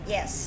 Yes